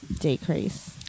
decrease